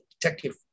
detective